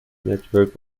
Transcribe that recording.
network